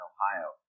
Ohio